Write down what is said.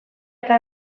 eta